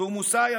תורמוס עיא,